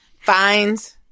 Fines